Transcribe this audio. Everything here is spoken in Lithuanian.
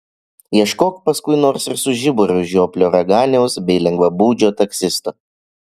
ieškok paskiau nors ir su žiburiu žioplo raganiaus bei lengvabūdžio taksisto